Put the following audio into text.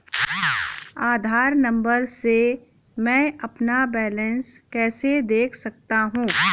आधार number से मैं अपना बैलेंस कैसे देख सकता हूँ?